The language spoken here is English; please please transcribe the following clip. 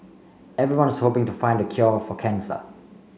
everyone's hoping to find the cure for cancer